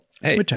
hey